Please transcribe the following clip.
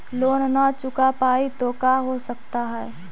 Loan न चुका पाई तो का हो सकता है?